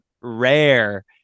rare